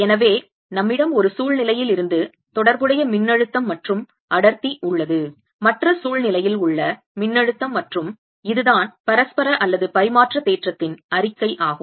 எனவே நம்மிடம் ஒரு சூழ்நிலையில் இருந்து தொடர்புடைய மின்னழுத்தம் மற்றும் அடர்த்தி உள்ளது மற்ற சூழ்நிலையில் உள்ள மின்னழுத்தம் மற்றும் இதுதான் பரஸ்பர அல்லது பரிமாற்ற தேற்றத்தின் அறிக்கை ஆகும்